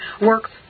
works